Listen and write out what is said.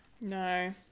No